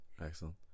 excellent